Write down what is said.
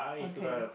okay